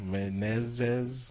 Menezes